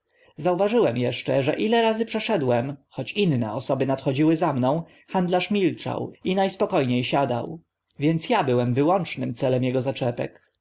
zauważyłem eszcze że ile razy przeszedłem choć inne osoby nadchodziły za mną handlarz milczał i na spoko nie siadał więc a byłem wyłącznym celem ego zaczepek